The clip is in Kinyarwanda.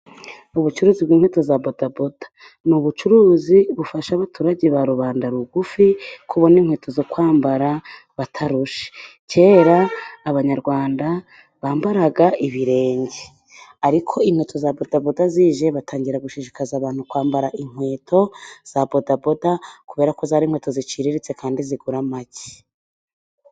Ubucuruzi bw'inkweto za bodaboda ni ubucuruzi bufasha abaturage ba rubanda rugufi kubona inkweto zo kwambara batarushye. Kera abanyarwanda bambaraga ibirenge, ariko inkweto za bodaboda zije batangira gushishikariza abantu kwambara inkweto za bodaboda, kubera ko zari inkweto ziciriritse kandi zigura make.